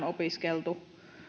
opiskeltu